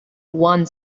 one